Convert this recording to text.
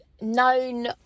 known